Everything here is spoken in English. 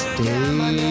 Stay